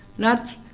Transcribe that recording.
nuts,